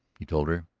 he told her.